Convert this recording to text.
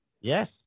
Yes